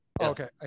Okay